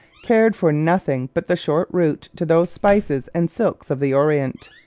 cared for nothing but the short route to those spices and silks of the orient.